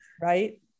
Right